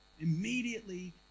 Immediately